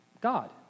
God